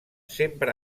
sempre